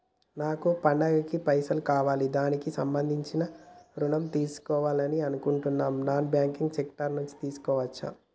నాకు పండగ కి పైసలు కావాలి దానికి సంబంధించి ఋణం తీసుకోవాలని అనుకుంటున్నం నాన్ బ్యాంకింగ్ సెక్టార్ నుంచి తీసుకోవచ్చా?